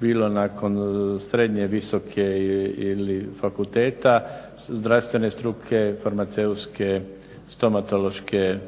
bilo nakon srednje, visoke ili fakulteta zdravstvene struke, farmaceutske, stomatološke